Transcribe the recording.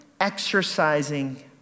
exercising